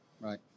Right